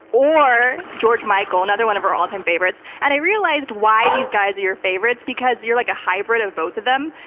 or george michael, another one of her all-time favorites. and i realized why these guys are your favorites, because you're like a hybrid of both of them.